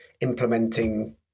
implementing